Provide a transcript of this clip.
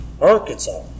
Arkansas